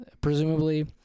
presumably